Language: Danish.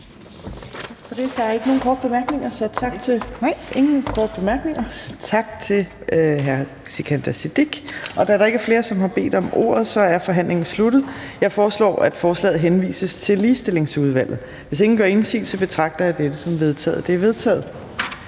Der er ikke nogen korte bemærkninger, så tak til hr. Sikandar Siddique. Da der ikke er flere, som har bedt om ordet, er forhandlingen sluttet. Jeg foreslår, at forslaget henvises til Ligestillingsudvalget. Hvis ingen gør indsigelse, betragter jeg dette som vedtaget. Det er vedtaget.